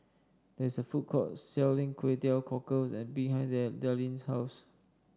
there is a food court selling Kway Teow Cockles behind them Darlene's house